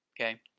Okay